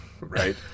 Right